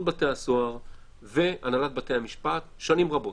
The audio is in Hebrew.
בתי הסוהר והנהלת בתי המשפט שנים רבות.